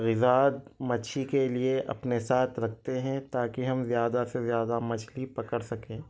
غذاء مچھلی کے لیے اپنے ساتھ رکھتے ہیں تا کہ ہم زیادہ سے زیادہ مچھلی پکڑ سکیں